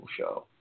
show